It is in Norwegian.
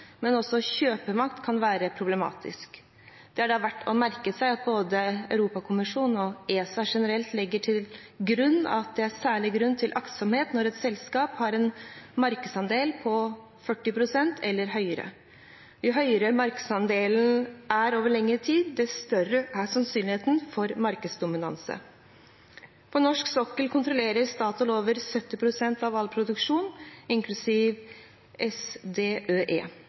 men også kjøpermakt kan være problematisk. Det er da verdt å merke seg at både Europakommisjonen og ESA generelt legger til grunn at det er særlig grunn til aktsomhet når et selskap har en markedsandel på 40 pst. eller høyere. Jo høyere markedsandelen er over lengre tid, desto større er sannsynligheten for markedsdominans. På norsk sokkel kontrollerer Statoil over 70 pst. av all produksjon, inklusiv SDØE.